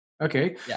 Okay